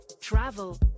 travel